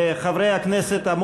חברי הכנסת,